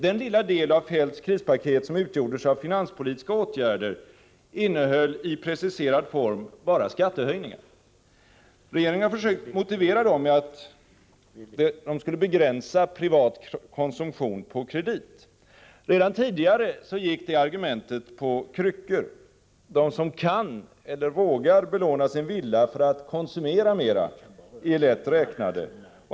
Den lilla del av Feldts krispaket som gällde finanspolitiska åtgärder innehöll i preciserad form bara skattehöjningar. Regeringen har försökt motivera dessa med att de skulle begränsa privat konsumtion på kredit. Redan tidigare gick det argumentet på kryckor. De som kan eller vågar belåna sin villa för att konsumera mera är lätt räknade.